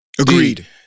Agreed